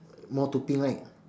more to pink right